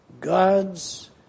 God's